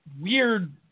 weird